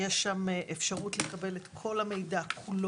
רק בנושאים של תארים אקדמיים